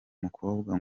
mukobwa